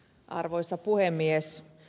arvoisa puhemies